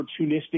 opportunistic